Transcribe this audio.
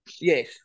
yes